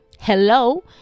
Hello